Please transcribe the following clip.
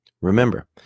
Remember